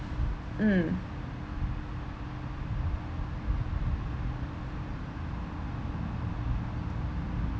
mm